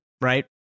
right